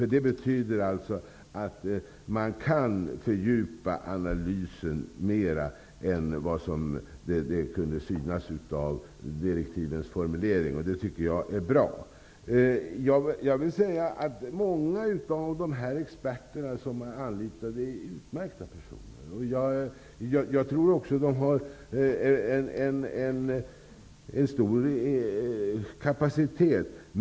Det betyder att man kan fördjupa analysen mer än vad som framgår av direktivens formulering. Det tycker jag är bra. Många av de experter som är anlitade är utmärkta personer. Jag tror också att de har en stor kapacitet.